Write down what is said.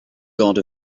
god